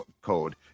code